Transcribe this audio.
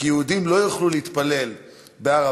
כי יהודים לא יוכלו להתפלל בהר-הבית,